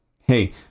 Hey